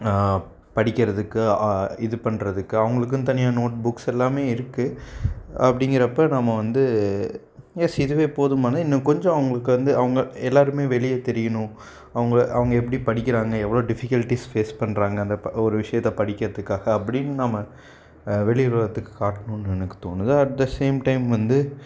நான் படிக்கிறதுக்கு இது பண்ணுறதுக்கு அவங்களுக்குன்னு தனியாக நோட் புக்ஸ் எல்லாமே இருக்குது அப்படிங்கறப்ப நம்ம வந்து எஸ் இதுவே போதுமானது இன்னும் கொஞ்சம் அவங்களுக்கு வந்து அவங்க எல்லாருமே வெளியே தெரியணும் அவங்க அவங்க எப்படி படிக்கிறாங்க எவ்வளோ டிஃபிகல்டீஸ் ஃபேஸ் பண்ணுறாங்க அந்த அந்த ஒரு விஷயத்த படிக்கறதுக்கா அப்படினு நாம வெளியுலகத்துக்கு காட்டணுனு எனக்கு தோணுது அட் த சேம் டைம் வந்து